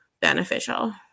beneficial